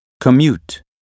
commute